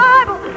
Bible